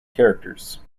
characters